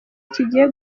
kigiye